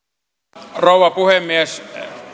arvoisa rouva puhemies